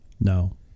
no